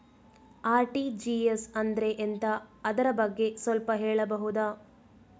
RTGS ಅಂದ್ರೆ ಎಂತ ಅದರ ಬಗ್ಗೆ ಸ್ವಲ್ಪ ಹೇಳಬಹುದ?